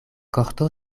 korto